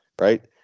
right